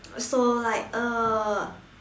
so like uh